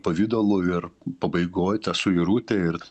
pavidalų ir pabaigoj ta suirutė ir